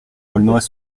aulnois